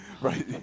right